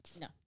No